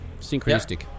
Synchronistic